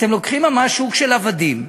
אתם לוקחים ממש שוק של עבדים,